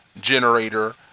generator